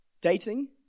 dating